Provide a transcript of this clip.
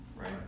Right